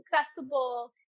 accessible